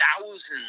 thousands